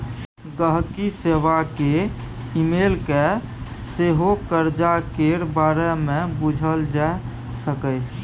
गांहिकी सेबा केँ इमेल कए सेहो करजा केर बारे मे बुझल जा सकैए